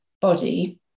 body